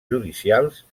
judicials